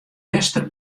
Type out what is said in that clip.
juster